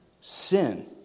sin